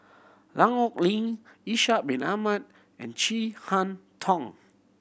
Lan Ong Li Ishak Bin Ahmad and Chin Harn Tong